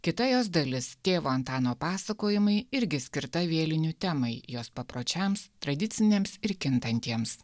kita jos dalis tėvo antano pasakojimai irgi skirta vėlinių temai jos papročiams tradiciniams ir kintantiems